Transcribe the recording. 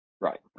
Right